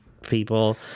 people